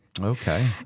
okay